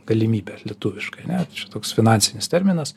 galimybė lietuviškai ane čia toks finansinis terminas